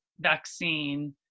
vaccine